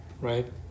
Right